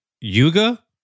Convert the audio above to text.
Yuga